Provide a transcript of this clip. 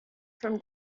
from